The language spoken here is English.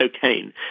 cocaine